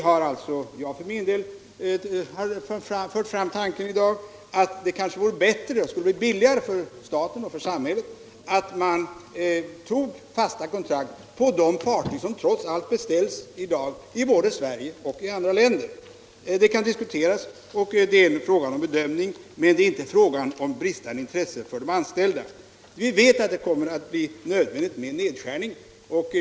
Jag har för min del i dag fört fram tanken på att det kanske vore bättre och skulle bli billigare för staten och samhället med fasta kontrakt på de fartyg som trots allt beställs i dag i både Sverige och andra länder. Detta kan diskuteras, och det är fråga om en bedömning. Men det är inte fråga om bristande intresse för de anställda. Vi vet att det kommer att bli nödvändigt med nedskärningar.